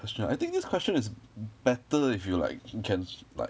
question I think this question is better if you like can like